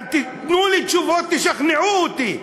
תנו לי תשובות, תשכנעו אותי.